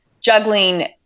juggling